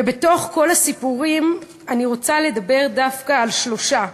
ובתוך כל הסיפורים, אני רוצה לדבר דווקא על שלושה,